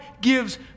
gives